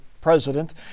president